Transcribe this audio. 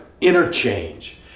interchange